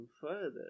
further